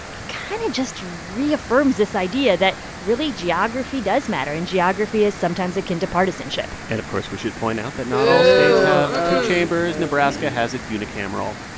it kind of just reaffirms this idea that, really, geography does matter. and geography is sometimes akin to partisanship and, of course, we should point out that not all states have two chambers. nebraska has its unicameral.